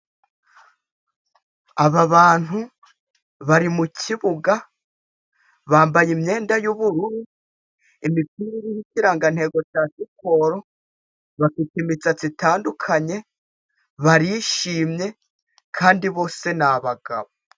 Aba bantu bari mu kibuga bambaye imyenda y'ubururu, imipira iriho ikirangantego cya siporo, imisatsi itandukanye, barishimye kandi bose ni abagabo.